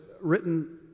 written